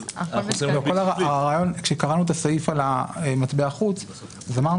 אז --- כשקראנו את הסעיף על מטבע חוץ אמרנו